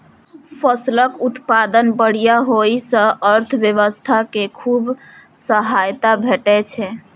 फसलक उत्पादन बढ़िया होइ सं अर्थव्यवस्था कें खूब सहायता भेटै छै